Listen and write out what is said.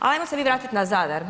Hajmo se mi vratiti na Zadar.